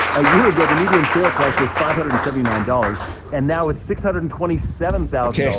a year ago, the median sale price was five hundred and seventy nine dollars and now it's six hundred and twenty seven thousand.